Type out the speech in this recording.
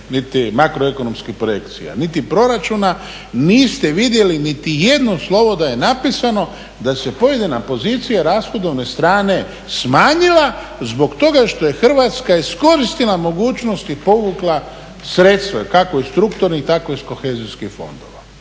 niti makroekonomskih projekcija, niti proračuna niste vidjeli niti jedno slovo da je napisano da se pojedina pozicija rashodovne strane smanjila zbog toga što je Hrvatska iskoristila mogućnost i povukla sredstva kako iz strukturnih tako i iz kohezijskih fondova.